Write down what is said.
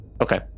Okay